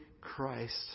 Christ